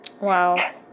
Wow